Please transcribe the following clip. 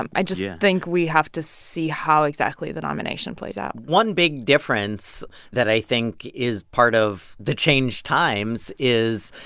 um i just. yeah. think we have to see how exactly the nomination plays out one big difference that i think is part of the changed times is,